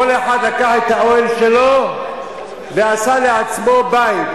כל אחד לקח את האוהל שלו ועשה לעצמו בית.